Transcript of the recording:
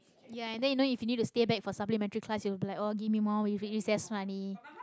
ya and then you know if you need to stay back for supplementary class you will be like oh give me more with recess money